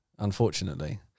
unfortunately